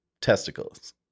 testicles